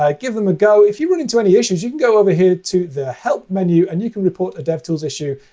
ah give them a go. if you run into any issues, you can go over here to the help menu, and you can report a devtools issue,